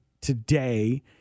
today